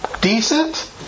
decent